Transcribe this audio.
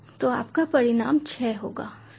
तो आपका परिणाम 6 होगा सही